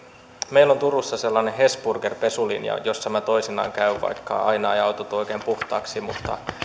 meillä on turussa sellainen hesburger pesulinja jossa minä toisinaan käyn vaikka aina eivät autot tule oikein puhtaaksi mutta